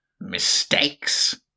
Mistakes